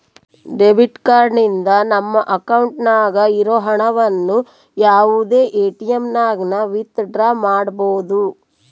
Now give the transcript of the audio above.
debit card ನಿಂದ ನಮ್ಮ ಅಕೌಂಟ್ನಾಗ ಇರೋ ಹಣವನ್ನು ಯಾವುದೇ ಎಟಿಎಮ್ನಾಗನ ವಿತ್ ಡ್ರಾ ಮಾಡ್ಬೋದು